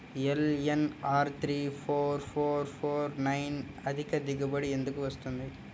LNR three four four four nine అధిక దిగుబడి ఎందుకు వస్తుంది?